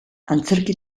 antzerki